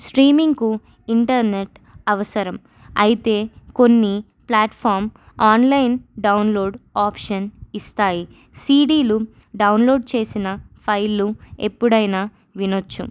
స్ట్రీమింగ్కు internet అవసరం అయితే కొన్ని ప్లాట్ఫామ్ ఆన్లైన్ డౌన్లోడ్ ఆప్షన్ ఇస్తాయి సిడీలు డౌన్లోడ్ చేసిన ఫైళ్లు ఎప్పుడైనా వినొచ్చు